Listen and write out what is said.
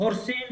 הורסים